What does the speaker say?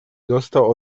dostał